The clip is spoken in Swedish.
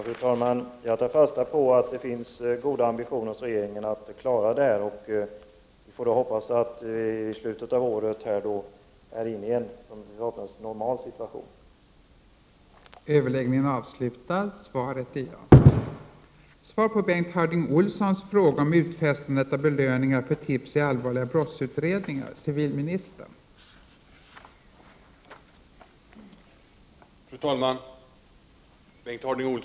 Fru talman! Jag tar fasta på att det finns goda ambitioner hos regeringen att klara detta. Vi får då hoppas att vi i slutet av året är inne i en normal situation igen.